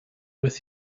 with